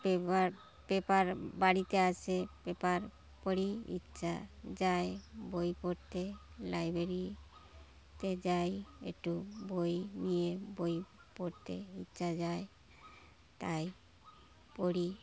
paper paper বাড়িতে আসে paper পড়ি ইচ্ছা যায় বই পড়তে লাইব্রেরিতে যাই একটু বই নিয়ে বই পড়তে ইচ্ছা যায় তাই পড়ি